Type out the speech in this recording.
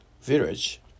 Village